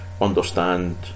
understand